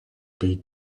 beat